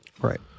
Right